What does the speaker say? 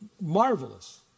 marvelous